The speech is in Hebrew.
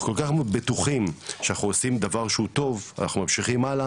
אנחנו כל כך בטוחים שמה שאנחנו עושים הוא דבר טוב ואנחנו ממשיכים הלאה